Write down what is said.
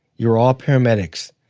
you're all paramedics.